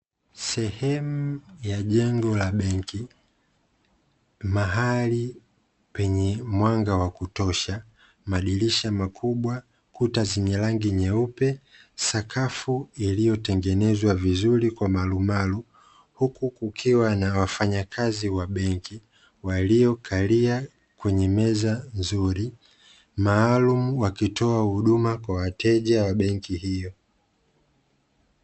Sehemu ya jengo la benki, mahali penye mwanga wa kutosha madirisha makubwa kuta zenye rangi nyeupe sakafu iliyotengenezwa vizuri kwa marumaru, huku kukiwa na wafanyakazi wa benki waliokalia kwenye meza nzuri, maalum wakitoa huduma kwa wateja kwenye benki hiyo.